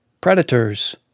predators